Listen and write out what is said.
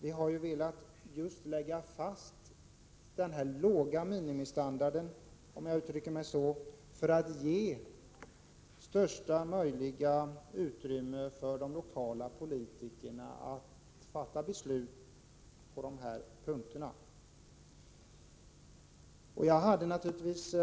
Vi har ju velat fastställa denna, om jag får uttrycka mig så, låga minimistandard för att just ge största möjliga utrymme för de lokala politikerna att själva i beslut lägga fast innehåll och standard på de nya ålderdomshemmen. Jag hade naturligtvis